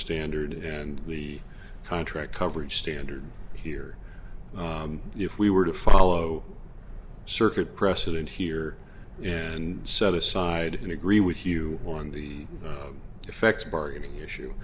standard and the contract coverage standard here if we were to follow circuit precedent here and set aside and agree with you on the effects bargaining issue